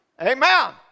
Amen